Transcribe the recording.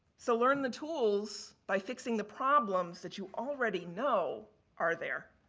so, learn the tools by fixing the problems that you already know are there.